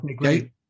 Right